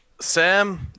sam